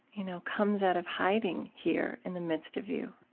you know, comes out of hiding here in the midst of you